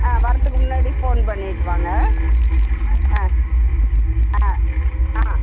ஆ வரத்துக்கு முன்னாடி போன் பண்ணிவிட்டு வாங்க ஆ ஆ ஆ